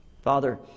Father